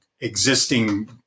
existing